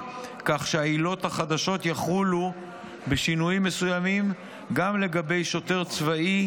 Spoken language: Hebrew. כך שהעילות החדשות יחולו בשינויים מסוימים גם לגבי שוטר צבאי,